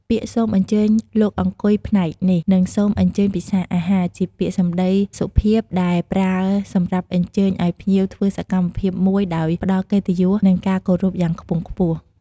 ពាក្យ "សូមអញ្ជើញលោកអង្គុយផ្នែកនេះ" និង "សូមអញ្ជើញពិសារអាហារ" ជាពាក្យសម្តីសុភាពដែលប្រើសម្រាប់អញ្ជើញ ឲ្យភ្ញៀវធ្វើសកម្មភាពមួយដោយផ្ដល់កិត្តិយស និងការគោរពយ៉ាងខ្ពង់ខ្ពស់។